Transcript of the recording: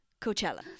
Coachella